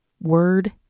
word